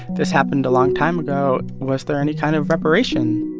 this happened a long time ago. was there any kind of reparation?